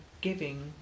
giving